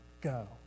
go